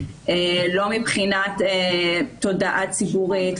לא מבחינת תודעה ציבורית,